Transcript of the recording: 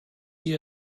hier